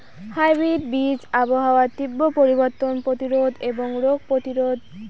hybrid বীজ আবহাওয়ার তীব্র পরিবর্তন প্রতিরোধী এবং রোগ প্রতিরোধী